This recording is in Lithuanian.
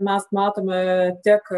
mes matome tiek